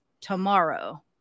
tomorrow